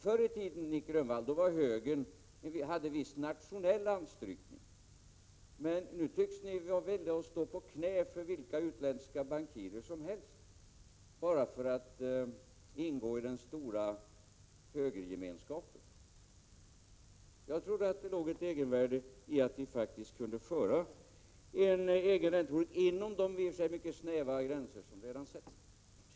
Förr i tiden hade högern en viss nationell anstrykning, Nic Grönvall. Nu tycks ni vara villiga att stå på knä för vilka utländska bankirer som helst, bara för att ingå i den stora högergemenskapen. Jag trodde att det låg ett egenvärde i att vi faktiskt kunde föra en egen räntepolitik inom de i och för sig mycket snäva gränser som redan sätts.